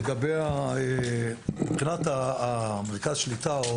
לגבי מרכז השליטה: